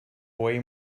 way